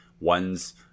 one's